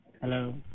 Hello